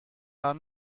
are